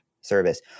service